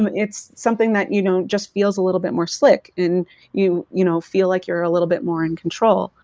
and it's something that you don't just feels a little bit more slick and you you know feel like you're a little bit more in control.